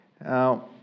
Now